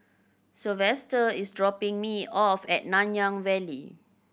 Sylvester is dropping me off at Nanyang Valley